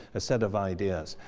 a set of ideas.